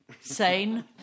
sane